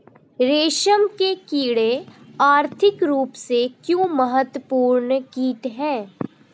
रेशम के कीड़े आर्थिक रूप से क्यों महत्वपूर्ण कीट हैं?